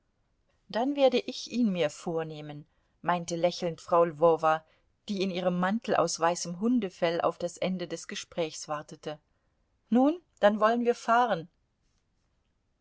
dann werde ich ihn mir vornehmen meinte lächelnd frau lwowa die in ihrem mantel aus weißem hundefell auf das ende des gesprächs wartete nun dann wollen wir fahren